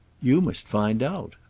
you must find out.